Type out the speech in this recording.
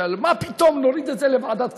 מה פתאום, נוריד את זה לוועדת כספים?